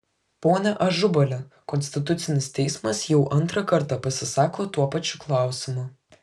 pone ažubali konstitucinis teismas jau antrą kartą pasisako tuo pačiu klausimu